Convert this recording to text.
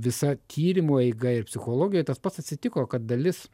visa tyrimo eiga ir psichologija tas pats atsitiko kad dalis